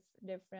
different